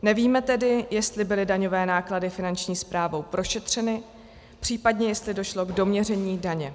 Nevíme tedy, jestli byly daňové náklady Finanční správou prošetřeny, případně, jestli došlo k doměření daně.